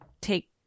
take